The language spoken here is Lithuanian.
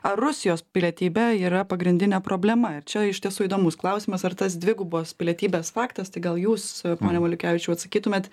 ar rusijos pilietybė yra pagrindinė problema ir čia iš tiesų įdomus klausimas ar tas dvigubos pilietybės faktas tai gal jūs pone maliukevičiau atsakytumėt